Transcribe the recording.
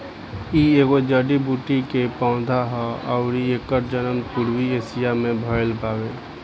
इ एगो जड़ी बूटी के पौधा हा अउरी एकर जनम पूर्वी एशिया में भयल बावे